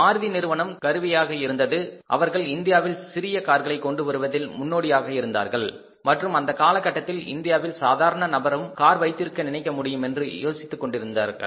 மாருதி நிறுவனம் கருவியாக இருந்தது அவர்கள் இந்தியாவில் சிறிய கார்களை கொண்டுவருவதில் முன்னோடியாக இருந்தார்கள் மற்றும் அந்த காலகட்டத்தில் இந்தியாவில் சாதாரண நபர்களும் கார் வைத்திருக்க நினைக்க முடியும் என்று யோசித்துக் கொண்டிருந்தார்கள்